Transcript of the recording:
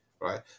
Right